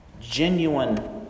genuine